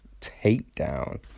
takedown